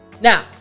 Now